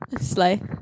Slay